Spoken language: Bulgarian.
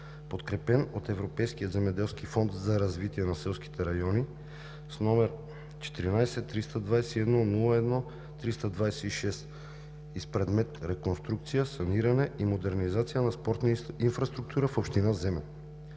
подкрепена от Европейския земеделски фонд за развитие на селските райони с № 14/321/01326 и с предмет: „Реконструкция, саниране и модернизация на спортна инфраструктура в община Земен“.